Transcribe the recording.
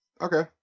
Okay